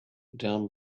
down